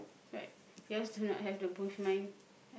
right yours do not have the bush mine